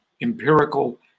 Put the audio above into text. empirical